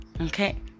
Okay